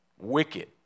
Wicked